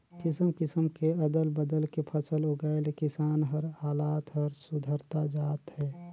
किसम किसम के अदल बदल के फसल उगाए ले किसान कर हालात हर सुधरता जात हे